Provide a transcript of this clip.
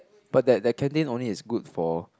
but that that canteen only is good for